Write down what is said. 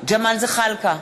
ג'מאל זחאלקה,